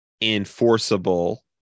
enforceable